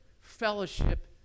fellowship